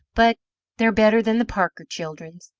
but they're better than the parker children's.